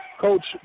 Coach